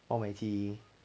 孟美岐